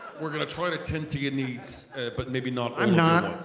we're gonna try to tend to your needs but maybe not. i'm not,